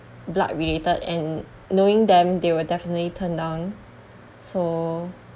blood related and knowing them they will definitely turn down so